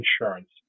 insurance